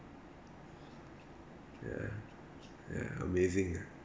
ya ya amazing ah